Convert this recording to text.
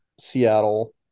Seattle